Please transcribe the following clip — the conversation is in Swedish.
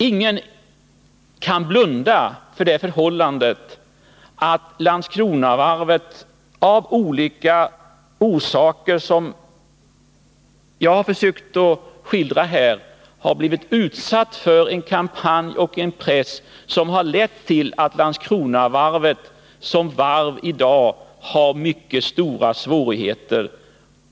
Ingen kan blunda för det förhållandet att Landskronavarvet av olika orsaker, som jag har försökt skildra här, har blivit utsatt för en kampanj och en press som har lett till att Landskronavarvet som varv i dag har mycket stora svårigheter.